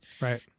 right